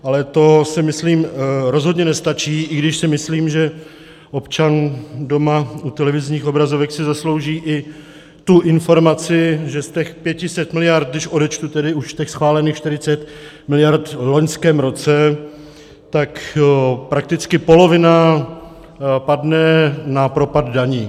Ale to si myslím rozhodně nestačí, i když si myslím, že občan doma u televizních obrazovek si zaslouží i tu informaci, že z těch 500 mld., když odečtu tedy už těch schválených 40 mld. v loňském roce, tak prakticky polovina padne na propad daní.